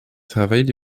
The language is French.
travail